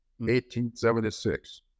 1876